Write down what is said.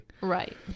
Right